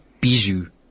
Bijou